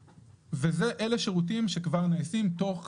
אלה שירותים שכבר נעשים מתוך